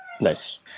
Nice